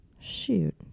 Shoot